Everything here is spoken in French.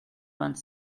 vingt